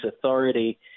authority